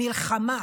מלחמה.